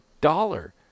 dollar